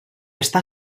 està